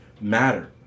matter